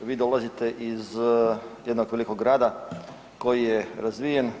Vi dolazite iz jednog velikog grada koji je razvijen.